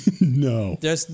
No